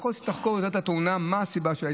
ככל שתחקור יותר את התאונה ואת הסיבה,